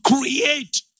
create